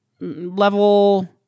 level